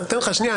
שנייה.